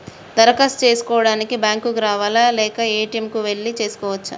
దరఖాస్తు చేసుకోవడానికి బ్యాంక్ కు రావాలా లేక ఏ.టి.ఎమ్ కు వెళ్లి చేసుకోవచ్చా?